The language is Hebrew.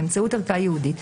באמצעות ערכה ייעודית,